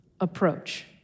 approach